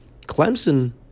Clemson